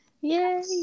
Yay